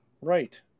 Right